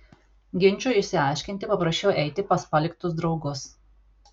ginčui išsiaiškinti paprašiau eiti pas paliktus draugus